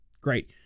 Great